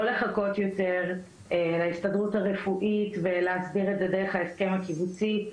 לא לחכות יותר להסתדרות הרפואית ולהסדיר את זה דרך ההסכם הקיבוצי.